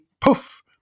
poof